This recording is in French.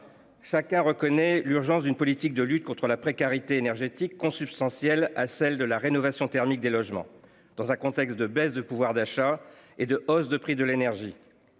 Chacun reconnaît l'urgence d'une politique de lutte contre la précarité énergétique consubstantielle à celle de la rénovation thermique des logements dans un contexte de baisse de pouvoir d'achat et de hausse de prix de l'énergie.